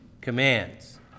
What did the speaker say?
commands